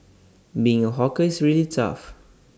being A hawker is really tough